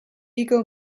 vigo